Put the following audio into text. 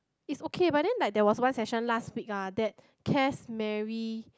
it's okay but then like there was one session last week ah that Cass marry